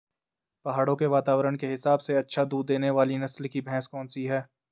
पहाड़ों के वातावरण के हिसाब से अच्छा दूध देने वाली नस्ल की भैंस कौन सी हैं?